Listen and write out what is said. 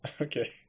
Okay